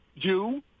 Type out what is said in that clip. Jew